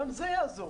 גם זה יעזור